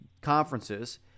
Conferences